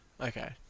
Okay